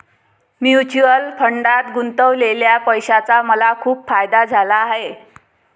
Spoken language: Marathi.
म्युच्युअल फंडात गुंतवलेल्या पैशाचा मला खूप फायदा झाला आहे